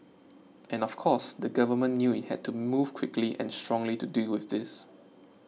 and of course the government knew it had to move quickly and strongly to deal with this